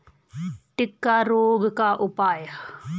टिक्का रोग का उपाय?